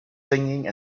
singing